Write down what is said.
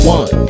one